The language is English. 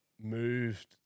moved